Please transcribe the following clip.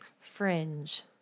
Fringe